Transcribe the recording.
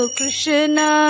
Krishna